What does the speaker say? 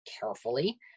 carefully